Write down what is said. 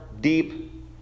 deep